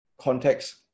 context